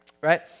right